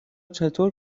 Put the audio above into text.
چطور